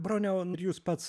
broniau jūs pats